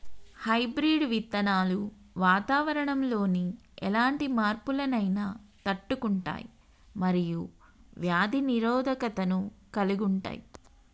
hybrid విత్తనాలు వాతావరణంలోని ఎలాంటి మార్పులనైనా తట్టుకుంటయ్ మరియు వ్యాధి నిరోధకతను కలిగుంటయ్